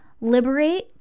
liberate